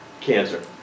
Cancer